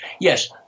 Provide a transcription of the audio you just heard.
Yes